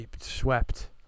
swept